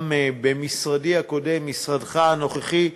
גם במשרדי הקודם, משרדך הנוכחי,